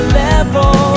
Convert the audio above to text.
level